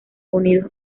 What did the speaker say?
unidos